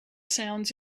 sounds